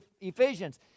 Ephesians